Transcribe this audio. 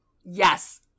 Yes